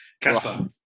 Casper